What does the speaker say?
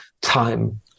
time